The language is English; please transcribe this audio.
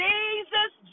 Jesus